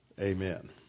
amen